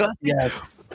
Yes